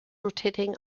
rotating